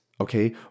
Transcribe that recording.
okay